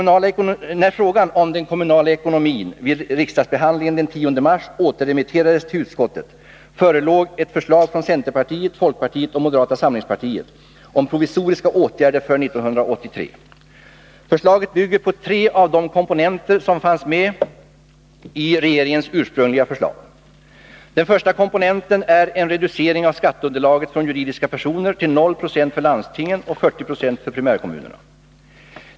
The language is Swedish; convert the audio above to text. När frågan om den kommunala ekonomin vid riksdagsbehandlingen den 10 mars återremitterades till utskottet förelåg ett förslag från centerpartiet, folkpartiet och moderata samlingspartiet om provisoriska åtgärder för 1983. Förslaget bygger på tre av de komponenter som fanns med i regeringens ursprungliga förslag. Den första komponenten är en reducering av skatteunderlaget från juridiska personer till 0 90 för landstingen och 40 20 för primärkommunerna.